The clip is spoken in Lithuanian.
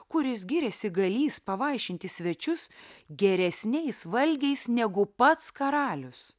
kuris giriasi galįs pavaišinti svečius geresniais valgiais negu pats karalius